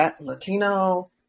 Latino